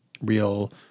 real